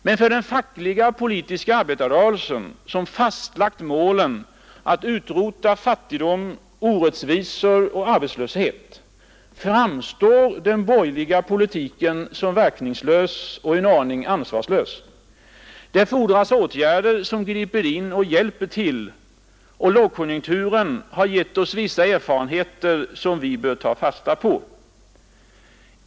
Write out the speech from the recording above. Men för den fackliga och politiska arbetarrörelsen som fastlagt målen att utrota fattigdom, orättvisor och arbetslöshet framstår den borgerliga politiken som verkningslös och en aning ansvarslös, Det fordras åtgärder som griper in och hjälper till. Lågkonjunkturen har givit oss vissa erfarenheter, som vi bör ta fasta på.